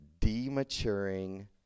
dematuring